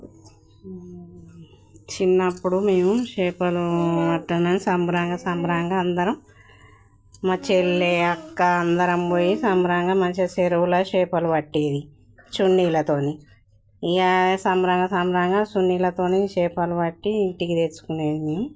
చిన్నప్పుడు మేము చేపలూ పట్టనీ సంబరంగా సంబరంగా అందరం మా చెల్లె అక్కా అందరం వెళ్ళి సంబరంగా మంచిగా చెరువులో చేపలు పట్టేది చున్నీలతోని ఇకా సంబరంగాగ సంబరంగా చున్నీలతోనే చేపలు పట్టి ఇంటికి తెచ్చుకునేది